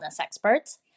experts